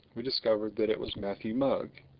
we discovered that it was matthew mugg.